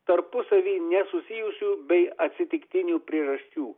tarpusavy nesusijusių bei atsitiktinių priežasčių